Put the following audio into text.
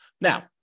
Now